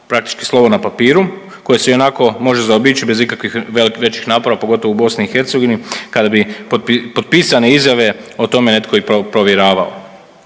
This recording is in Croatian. praktički slovo na papiru koje se i onako može zaobići bez ikakvih većih napora pogotovo u BiH kada bi potpisane izjave o tome netko i provjeravao.